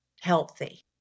healthy